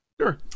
Sure